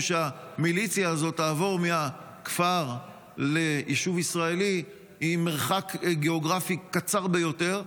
שהמיליציה הזאת תעבור מהכפר ליישוב ישראלי במרחק גיאוגרפי קצר ביותר,